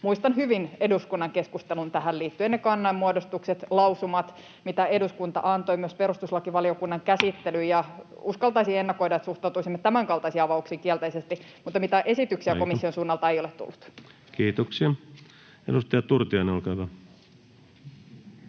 Muistan hyvin eduskunnan keskustelun tähän liittyen, ne kannanmuodostukset, lausumat, mitä eduskunta antoi, myös perustuslakivaliokunnan käsittelyn, ja uskaltaisin ennakoida, että suhtautuisimme tämänkaltaisiin avauksiin kielteisesti. Mutta mitään esityksiä [Puhemies: Aika!] komission suunnalta ei ole tullut. Kiitoksia. — Edustaja Turtiainen, olkaa hyvä.